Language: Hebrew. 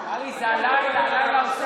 ארנונה, ארנונה, ארנונה.